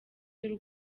y’u